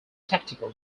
tactical